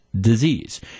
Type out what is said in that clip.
disease